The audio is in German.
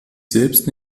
selbst